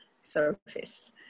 service